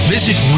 Visit